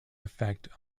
effect